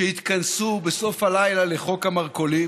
שיתכנסו בסוף הלילה לחוק המרכולים